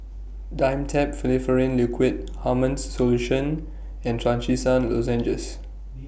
Dimetapp Phenylephrine Liquid Hartman's Solution and Trachisan Lozenges